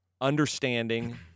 understanding